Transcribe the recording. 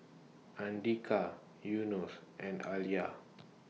Andika Yunos and Alya